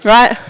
Right